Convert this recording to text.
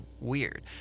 weird